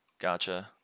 Gotcha